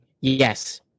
yes